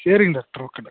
சரிங்க doctor okay doctor